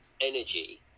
energy